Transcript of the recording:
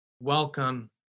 welcome